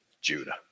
Judah